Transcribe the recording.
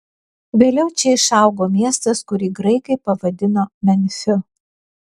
vėliau čia išaugo miestas kurį graikai pavadino memfiu